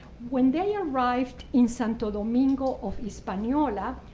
when they arrived in santo domingo of hispaniola,